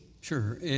Sure